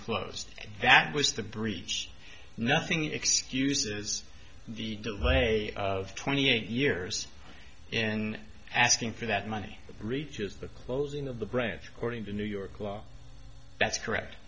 closed that was the breach nothing excuses the play of twenty eight years in asking for that money reaches the closing of the branch according to new york law that's correct